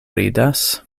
ridas